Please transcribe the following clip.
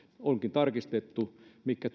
onkin tarkistettu mitkä